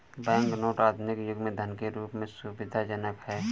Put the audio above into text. bank note आधुनिक युग में धन के रूप में सुविधाजनक हैं